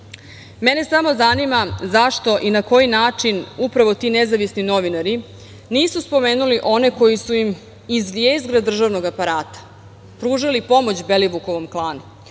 laž. Mene samo zanima zašto i na koji način upravo ti nezavisni novinari nisu spomenuli one koji su im iz jezgra državnog aparata pružali pomoć Belivukovom klanu.